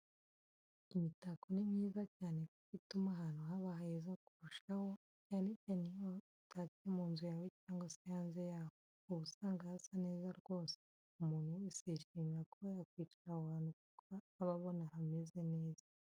Imitako ni myiza cyane kuko ituma ahantu haba heza kurushaho, cyane cyane iyo utatse mu nzu yawe cyangwa se hanze yaho, uba usanga hasa neza rwose, umuntu wese yishimira kuba yakwicara aho hantu kuko aba abona hameze neza.